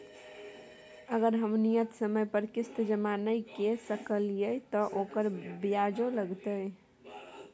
अगर हम नियत समय पर किस्त जमा नय के सकलिए त ओकर ब्याजो लगतै?